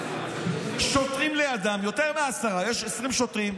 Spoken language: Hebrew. שוטרים לידם, יותר מעשרה, יש 20 שוטרים.